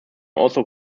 also